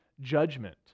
judgment